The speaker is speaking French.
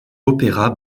opéras